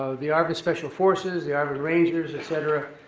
so the arvn special forces, the arvn rangers, et cetera,